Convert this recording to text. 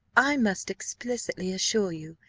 i must explicitly assure you,